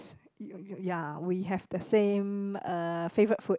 you you ya we have the same uh favourite food